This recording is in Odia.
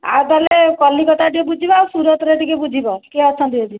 ଆଉ ତାହେଲେ କଲିକତା ରେ ଟିକେ ବୁଝିବ ଆଉ ସୁରତ ରେ ଟିକେ ବୁଝିବ କିଏ ଅଛନ୍ତି ଯଦି